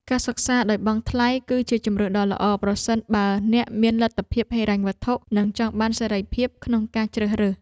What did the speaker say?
ការសិក្សាដោយបង់ថ្លៃគឺជាជម្រើសដ៏ល្អប្រសិនបើអ្នកមានលទ្ធភាពហិរញ្ញវត្ថុនិងចង់បានសេរីភាពក្នុងការជ្រើសរើស។